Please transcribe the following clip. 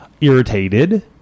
irritated